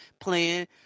playing